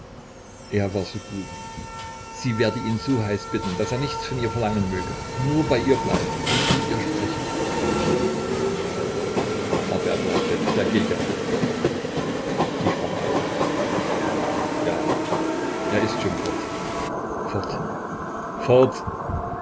er war so gut sie werde ihn so heiß bitten daß er nichts von ihr verlangen möge nur bei ihr bleibe und mit ihr spreche aber er bleibt ja nicht er geht ja fort sie sprang auf ja er ist schon fort fort fort